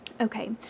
Okay